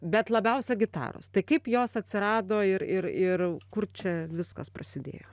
bet labiausia gitaros tai kaip jos atsirado ir ir ir kur čia viskas prasidėjo